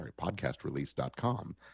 podcastrelease.com